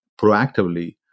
proactively